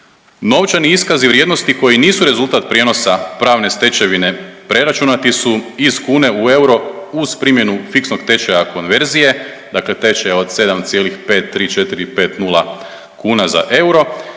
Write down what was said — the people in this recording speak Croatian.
novčani iskazi vrijednosti koji nisu rezultat prijenosa pravne stečevine preračunati su iz kune u euro uz primjenu fiksnog tečaja konverzije, dakle tečaj je od 7,53450 kuna za euro